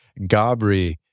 Gabri